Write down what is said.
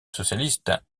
socialiste